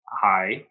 hi